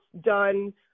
done